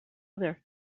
other